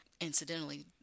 incidentally